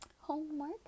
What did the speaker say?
Homework